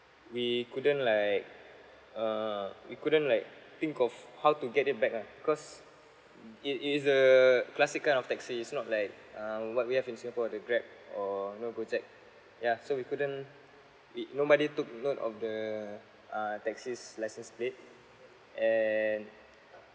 we couldn't like uh we couldn't like think of how to get it back lah because it is a classic kind of taxi it's not like um what we have in singapore the grab or you know gojek yeah so we couldn't we nobody took note of the uh taxi's license plate and